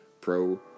pro